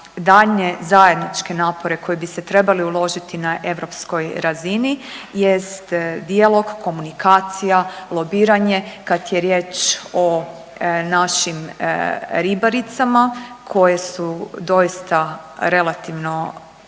daljnje zajedničke napore koji bi se trebali uložiti na europskoj razini jest dijalog, komunikacija, lobiranje, kad je riječ o našim ribaricama koje su doista relativno